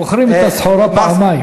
הם מוכרים את הסחורה פעמיים.